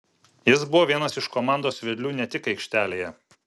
jis buvo vienas iš komandos vedlių ne tik aikštelėje